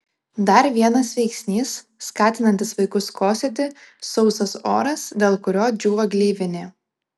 dar vienas veiksnys skatinantis vaikus kosėti sausas oras dėl kurio džiūva gleivinė